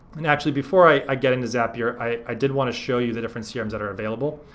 and actually before i i get into zapier i did want to show you the different so crms that are available.